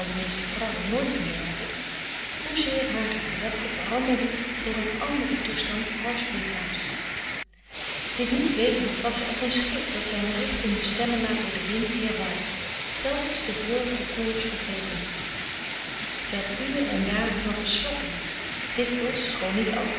de meeste vrouwen nooit bemerken hoezeer hare gedachten veranderden door een anderen toestand haars lichaams dit niet wetend was zij als een schip dat zijne richting bestemmen laat door den wind die er waait telkens den vorigen koers vergetend zij had uren en dagen van verslapping dikwijls schoon niet